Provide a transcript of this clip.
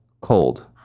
cold